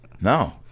No